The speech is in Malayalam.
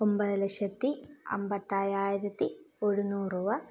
ഒൻപത് ലക്ഷത്തി അൻപത്തയ്യായിരത്തി ഒരുന്നൂറ് രൂപ